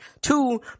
Two